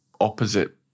opposite